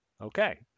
Okay